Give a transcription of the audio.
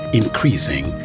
increasing